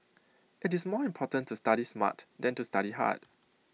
IT is more important to study smart than to study hard